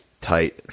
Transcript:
tight